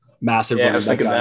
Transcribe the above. massive